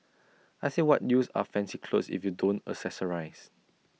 I say what use are fancy clothes if you don't accessorise